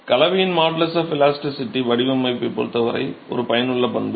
கலவையின் modulus of elasticity வடிவமைப்பைப் பொருத்தவரை ஒரு பயனுள்ள பண்பு